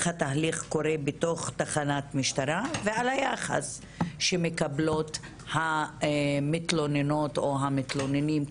התהליך קורה בתוך תחנת משטרה ועל היחס שמקבלות המתלוננות או המתלוננים,